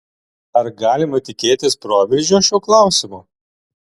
ar galima tikėtis proveržio šiuo klausimu